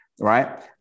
right